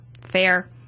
fair